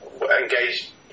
Engage